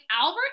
Albert